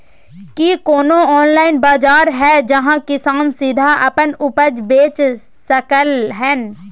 की कोनो ऑनलाइन बाजार हय जहां किसान सीधा अपन उपज बेच सकलय हन?